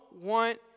want